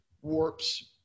warps